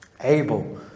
Abel